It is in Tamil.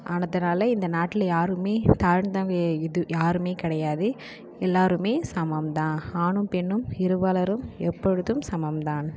ஆனதுனால் இந்த நாட்டில் யாருமே தாழ்ந்தவங்க இது யாருமே கிடையாது எல்லாேருமே சமம் தான் ஆணும் பெண்ணும் இருபாலரும் எப்பொழுதும் சமம் தான்